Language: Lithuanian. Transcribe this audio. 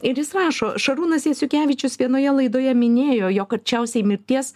ir jis rašo šarūnas jasiukevičius vienoje laidoje minėjo jog arčiausiai mirties